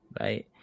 right